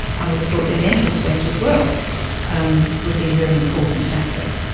i would have thought their mental state as well um would be a very important factor.